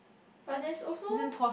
but there's also